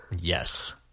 Yes